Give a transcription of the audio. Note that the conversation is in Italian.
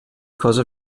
cosa